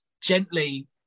gently